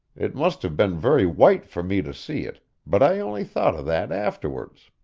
it must have been very white for me to see it, but i only thought of that afterwards.